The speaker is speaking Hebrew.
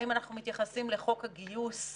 האם אנחנו מתייחסים לחוק הגיוס,